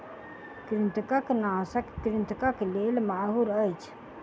कृंतकनाशक कृंतकक लेल माहुर अछि